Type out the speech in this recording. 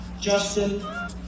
Justin